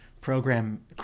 program